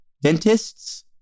dentists